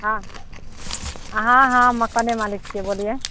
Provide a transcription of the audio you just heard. हँ हँ हँ मकानेमालिक छियै बोलिए